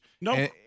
No